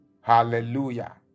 Hallelujah